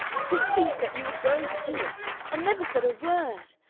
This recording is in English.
to think that you were going to do it and never said a word!